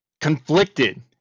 Conflicted